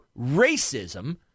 racism